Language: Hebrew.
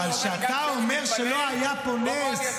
אבל כשאתה אומר שלא היה פה נס --- בוא,